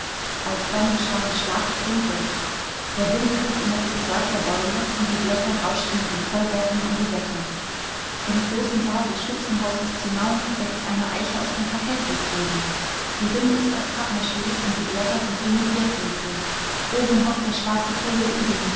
alsdann geschahen starke trünke der wind griff in das gezweig der bäume und die blätter rauschten mit den vollbärten um die wette im großen saal des schützenhauses zu nauen wächst eine eiche aus dem parkettfußboden die rinde ist aus pappmach und die blätter sind grüne bierfilze oben hockt der schwarze vogel